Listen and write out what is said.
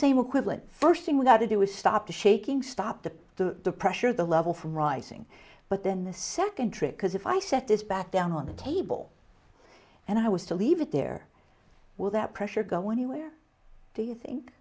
same equivalent first thing without to do is stop the shaking stop the the pressure the level from rising but then the second trick because if i set this back down on the table and i was to leave it there will that pressure go anywhere do you think